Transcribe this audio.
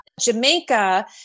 Jamaica